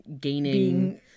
gaining